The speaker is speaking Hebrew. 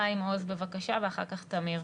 חיים עוז, בבקשה, ואחר כך תמיר.